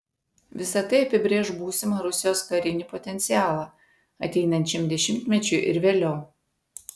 visa tai apibrėš būsimą rusijos karinį potencialą ateinančiam dešimtmečiui ir vėliau